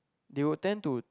do you tend to